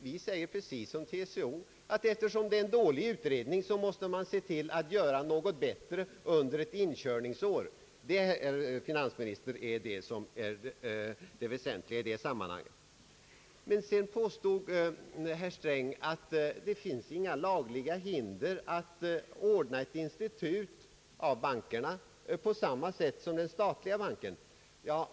Vi säger precis såsom TCO att man, eftersom det är en dålig utredning, måste försöka göra något bättre under ett inkörningsår. Detta, herr finansminister, är det väsentliga i sammanhanget. fanns några lagliga hinder för bankerna att på samma sätt som när det gäller den statliga banken skapa ett institut.